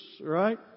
right